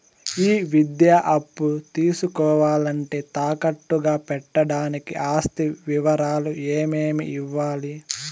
ఈ విద్యా అప్పు తీసుకోవాలంటే తాకట్టు గా పెట్టడానికి ఆస్తి వివరాలు ఏమేమి ఇవ్వాలి?